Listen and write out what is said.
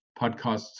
podcasts